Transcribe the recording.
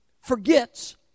forgets